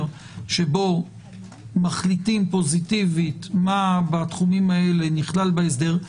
שבו מחליטים פוזיטיבית מה בתחומים האלה נכלל בהסדר,